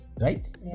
Right